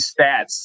stats